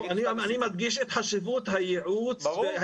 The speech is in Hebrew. אני מדגיש את חשיבות הייעוץ והייצוג -- ברור,